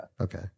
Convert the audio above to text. Okay